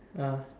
ah